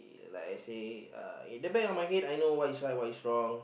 ya like I say uh in the back of head I know what is right what is wrong